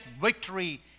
victory